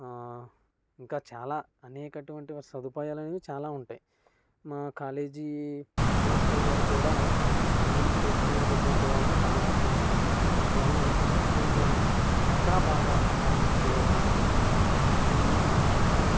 ఇంకా చాలా అనేక అటువంటివి సదుపాయాలు అనేవి చాలా ఉంటాయి మా కాలేజీ ప్రిన్సిపల్ గారు కూడా రన్నింగ్ చేసుకొనేటటువంటి వాళ్ళని బాగా ప్రోత్సహిస్తారు అందువలన ఏమిటంటే మేము ఇంకా బాగా రన్నింగ్ చేయడానికి ముందుకు ఉంటాము